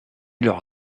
leur